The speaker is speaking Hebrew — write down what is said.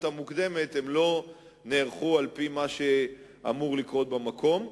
המוקדמת הם לא נערכו על-פי מה שאמור לקרות במקום.